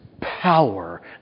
power